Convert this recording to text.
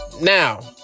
Now